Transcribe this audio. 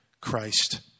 Christ